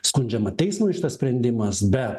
skundžiama teismui šitas sprendimas bet